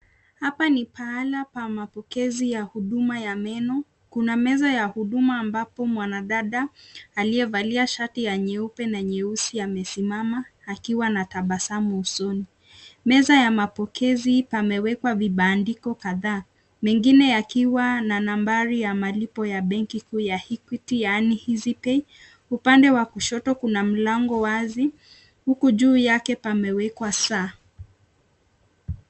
Hapa ni pahala pa mapokezi ya huduma ya meno kuna meza ya huduma ambapo mwanadada aliyevalia shati ya nyeupe na nyeusi anasimama akiwa na tabasamu usoni. Meza ya mapokezi pamewekwa vibandiko kadhaa mengine yakiwa na nambari ya malipo ya benki kuu ya Equity yaani easypay. Upande wa kushoto kuna mlango wazi huku juu yake pamewekwa saa.